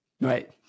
Right